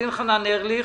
שלום,